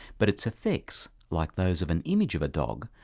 but its effects, like those of an image of a dog,